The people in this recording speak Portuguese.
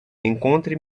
encontre